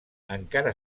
encara